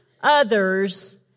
others